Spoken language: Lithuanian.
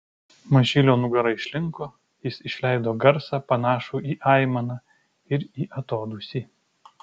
mažylio nugara išlinko jis išleido garsą panašų ir į aimaną ir į atodūsį